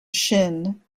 shin